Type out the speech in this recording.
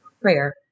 prayer